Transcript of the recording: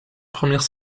première